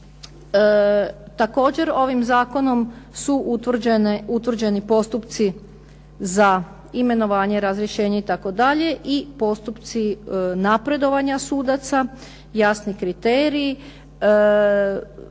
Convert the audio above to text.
Također ovim zakonom su utvrđeni postupci za imenovanje i razrješenje itd., i postupci napredovanja sudaca, jasni kriterij.